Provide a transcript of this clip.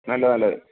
നല്ലത് നല്ലത്